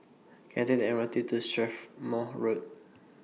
Can I Take The M R T to Strathmore Road